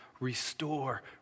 restore